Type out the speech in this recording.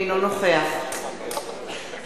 אינו נוכח אליהו